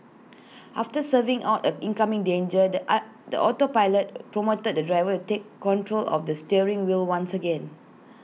after swerving out A incoming danger the I the autopilot prompted the driver A take control of the steering wheel once again